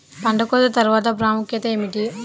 పంట కోత తర్వాత ప్రాముఖ్యత ఏమిటీ?